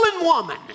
woman